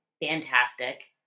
fantastic